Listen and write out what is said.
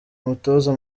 umutoza